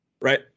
Right